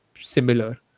similar